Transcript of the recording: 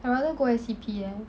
I rather go S_E_P eh